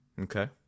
Okay